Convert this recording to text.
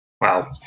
Wow